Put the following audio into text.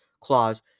clause